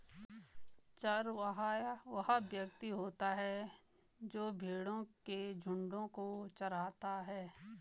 चरवाहा वह व्यक्ति होता है जो भेड़ों के झुंडों को चराता है